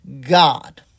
God